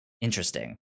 Interesting